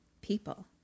people